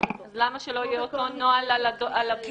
--- אז למה שלא יהיה אותו נוהל על הדוחות?